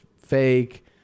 fake